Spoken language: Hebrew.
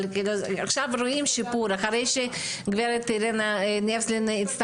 אבל עכשיו רואים שיפור אחרי שגברת אירנה הצטרפה,